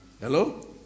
Hello